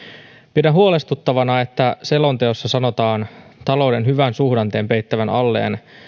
pidän huolestuttavana että selonteossa sanotaan talouden hyvän suhdanteen peittävän alleen